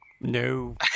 No